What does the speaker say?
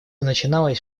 начиналось